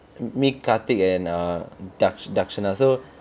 me karthik and err dar~ darshun ah